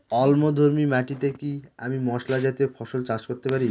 অম্লধর্মী মাটিতে কি আমি মশলা জাতীয় ফসল চাষ করতে পারি?